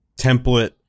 template